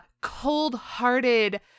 cold-hearted